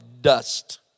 dust